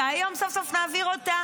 והיום סוף-סוף נעביר אותה.